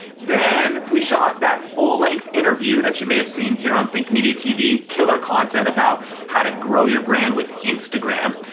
then we shot that full length interview that you may have seen here on think media tv, killer content about how to grow your brand with instagram.